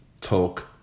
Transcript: talk